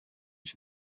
for